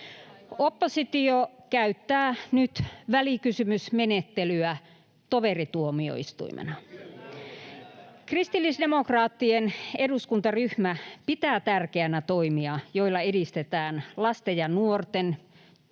Oppositio käyttää nyt välikysymysmenettelyä toverituomioistuimena. [Timo Harakka: Ei pidä paikkaansa!] Kristillisdemokraattien eduskuntaryhmä pitää tärkeänä toimia, joilla edistetään lasten ja nuorten,